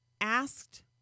asked